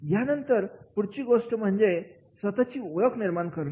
यानंतर पुढची गोष्ट म्हणजे स्वतःची ओळख निर्माण करणे